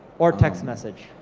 or text message.